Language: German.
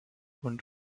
und